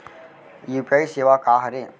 UPI सेवा का हरे?